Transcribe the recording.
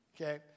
okay